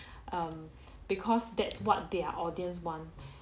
um because that's what their audience want